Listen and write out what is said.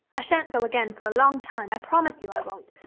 i shan't go again for a long time i promise you i won't.